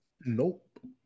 Nope